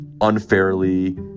unfairly